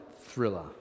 thriller